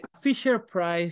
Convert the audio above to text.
Fisher-Price